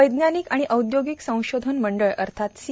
वैज्ञानिक आणि औद्योगिक संशोधन मंडळ अर्थात सी